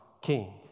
king